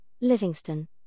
Livingston